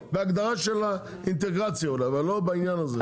רלוונטית בהגדרה של האינטגרציה אבל לא בעניין הזה.